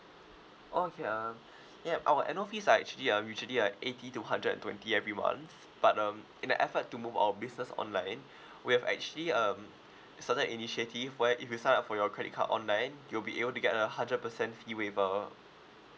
oh okay um yup our annual fees are actually um usually uh eighty to hundred and twenty every month but um in the effort to move our business online we've actually um certain initiative where if you sign up for your credit card online you'll be able to get a hundred percent fee waiver